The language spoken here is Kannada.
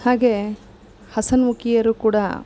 ಹಾಗೆ ಹಸನ್ಮುಖಿಯರು ಕೂಡ